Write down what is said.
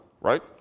right